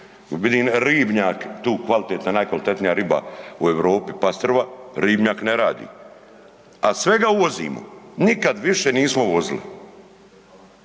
vidim ribnjak tu kvalitetna najkvalitetnija riba u Europi, pastrva, ribnjak ne radi, a svega uvozimo, nikad više nismo uvozili.